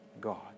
God